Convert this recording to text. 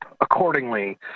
accordingly